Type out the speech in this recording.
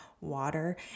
water